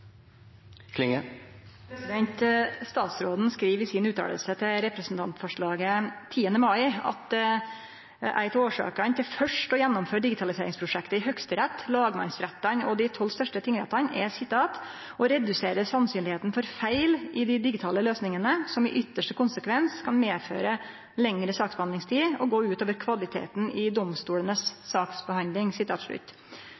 replikkordskifte. Statsråden skriv i si fråsegn om representantforslaget den 10. mai at ei av årsakene til først å gjennomføre digitaliseringsprosjektet i Høgsterett, lagmannsrettane og dei tolv største tingrettane er å redusere risikoen for feil i dei digitale løysingane, som i ytste konsekvens kan medføre lengre saksbehandlingstid og gå ut over kvaliteten i